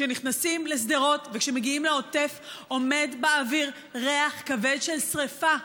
כשנכנסים לשדרות וכשמגיעים לעוטף עומד באוויר ריח כבד של שרפה,